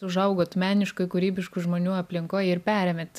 užaugot meniškoj kūrybiškų žmonių aplinkoj ir perėmėt